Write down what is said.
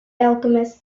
alchemist